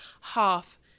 half